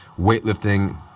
weightlifting